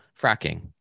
fracking